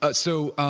but so